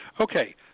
Okay